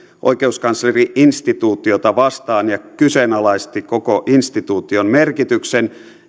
oikeuskansleri instituutiota vastaan ja kyseenalaisti koko instituution merkityksen